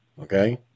Okay